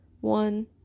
One